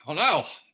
um now,